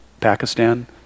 Pakistan